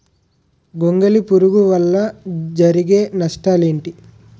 గొంగళి పురుగు వల్ల జరిగే నష్టాలేంటి?